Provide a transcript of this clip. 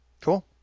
cool